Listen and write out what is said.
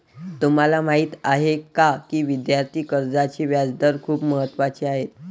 तुम्हाला माहीत आहे का की विद्यार्थी कर्जाचे व्याजदर खूप महत्त्वाचे आहेत?